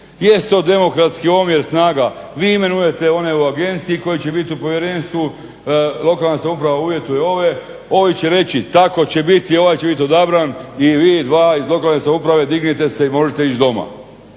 Jest to demokratski omjer snaga, vi imenujete one u agenciji koji će biti u povjerenstvu, lokalna samouprava uvjetuje ove. Ovi će reći tako će biti i ovaj će biti odabran i vi dva iz lokalne samouprave dignite se i možete ići doma.